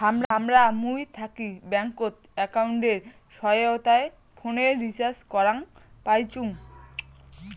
হামরা মুই থাকি ব্যাঙ্কত একাউন্টের সহায়তায় ফোনের রিচার্জ করাং পাইচুঙ